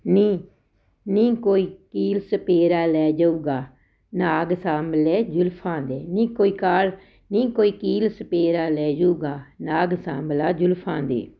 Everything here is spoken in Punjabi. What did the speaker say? ਨੀ ਨੀ ਕੋਈ ਕੀਲ ਸਪੇਰਾ ਲੈ ਜਾਊਗਾ ਨਾਗ ਸਾਂਭ ਲੈ ਜੁਲਫਾਂ ਦੇ ਨੀ ਕੋਈ ਕਾਰ ਨੀ ਕੋਈ ਕੀਲ ਸਪੇਰਾ ਲੈ ਜੂਗਾ ਨਾਗ ਸਾਂਭ ਲਾ ਜੁਲਫਾਂ ਦੇ